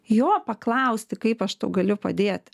jo paklausti kaip aš tau galiu padėti